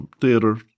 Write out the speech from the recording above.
Theater